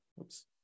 Oops